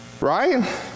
right